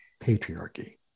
patriarchy